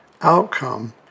outcome